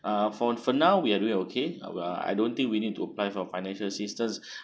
uh for for now we are doing okay well I don't think we need to apply from financial assistance